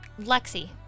Lexi